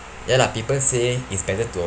ya lah people say is better to